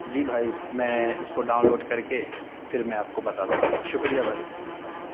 جی بھائی میں اس کو ڈاؤنلوڈ کر کے پھر میں آپ کو بتاتا ہوں شکریہ بھائی